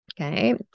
Okay